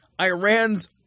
Iran's